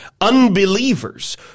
Unbelievers